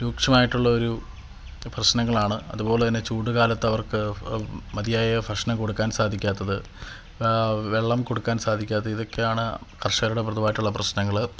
രൂക്ഷമായിട്ടുള്ള ഒരു പ്രശ്നങ്ങളാണ് അതുപോലെ തന്നെ ചൂട് കാലത്ത് അവര്ക്ക് മതിയായ ഭക്ഷണം കൊടുക്കാന് സാധിക്കാത്തത് വെള്ളം കൊടുക്കാന് സാധിക്കാത്തത് ഇതൊക്കെയാണ് കര്ഷകരുടെ പൊതുവായിട്ടുള്ള പ്രശ്നങ്ങൾ